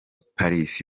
paris